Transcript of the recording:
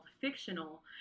fictional